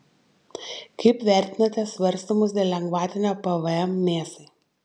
kaip vertinate svarstymus dėl lengvatinio pvm mėsai